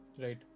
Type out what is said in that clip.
Right